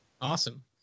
awesome